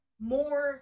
More